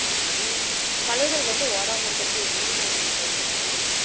அப்புறம் மலர்கள் வந்து வாடாமல் இருக்கிறத்துக்கு என்னங்க மேம் நீங்கள் பயன்படுத்துகிறீங்க